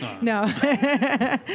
no